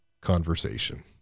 conversation